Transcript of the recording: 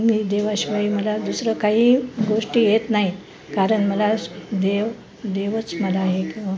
मी देवाशिवाय मला दुसरं काही गोष्टी येत नाही कारण मला देव देवच मला एक